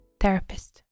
therapist